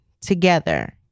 together